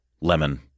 lemon